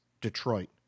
Detroit